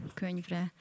könyvre